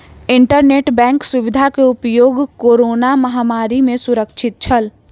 internet bank सुविधा के उपयोग कोरोना महामारी में सुरक्षित छल